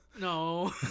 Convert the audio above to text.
No